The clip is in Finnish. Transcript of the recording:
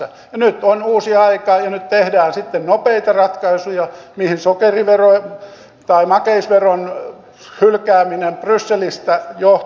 ja nyt on uusi aika ja nyt tehdään sitten nopeita ratkaisuja mihin makeisveron hylkääminen brysselissä johti